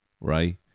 right